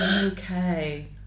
Okay